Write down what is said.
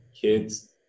kids